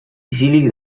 isilik